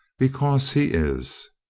because he is.